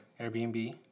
Airbnb